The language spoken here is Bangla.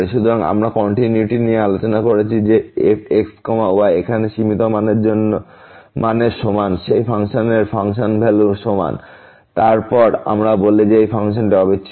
সুতরাং আমরা কন্টিনিউইটি নিয়ে আলোচনা করেছি যে f x y এখানে সীমিত মানের সমান সেই ফাংশনের ফাংশন ভ্যালুর সমান তারপর আমরা বলি যে ফাংশনটি অবিচ্ছিন্ন